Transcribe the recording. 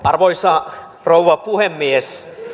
arvoisa rouva puhemies